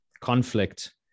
conflict